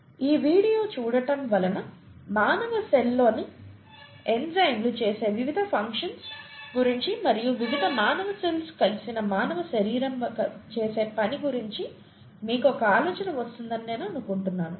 ఈ వీడియో చూడటం వలన మానవ సెల్ లో ఎంజైమ్లు చేసే వివిధ ఫంక్షన్స్ గురించి మరియు వివిధ మానవ సెల్స్ కలిసి మానవ శరీరం వలె చేసే పని గురించి మీకు ఒక ఆలోచన వస్తుందని నేను అనుకుంటున్నాను